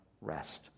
rest